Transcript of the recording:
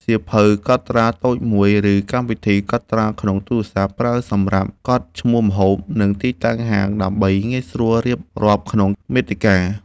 សៀវភៅកត់ត្រាតូចមួយ ឬកម្មវិធីកត់ត្រាក្នុងទូរស័ព្ទ ប្រើសម្រាប់កត់ឈ្មោះម្ហូប និងទីតាំងហាងដើម្បីងាយស្រួលរៀបរាប់ក្នុងមាតិកា។